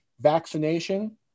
vaccination